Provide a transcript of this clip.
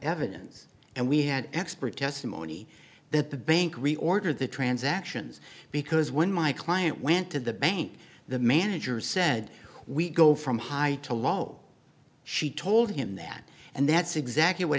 evidence and we had expert testimony that the bank reorder the transactions because when my client went to the bank the manager said we go from high to low she told him that and that's exactly what